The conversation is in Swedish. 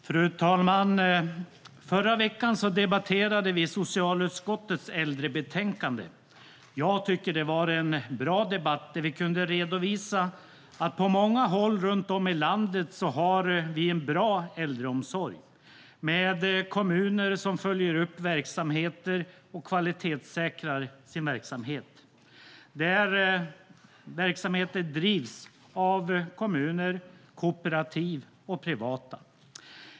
Fru talman! Förra veckan debatterade vi socialutskottets äldrebetänkande. Jag tycker att det var en bra debatt där vi kunde redovisa att vi på många håll runt om i landet har en bra äldreomsorg, med kommuner som följer upp verksamheter och kvalitetssäkrar sin verksamhet, där verksamheter drivs av kommuner, kooperativ och privata.